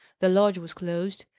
the lodge was closed,